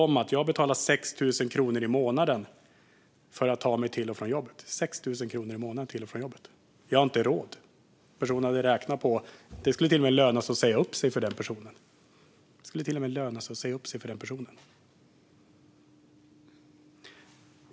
Denna person betalar 6 000 kronor i månaden för att ta sig till och från jobbet och har inte råd med det. Det skulle till och med löna sig för denna person att säga upp sig.